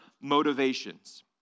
motivations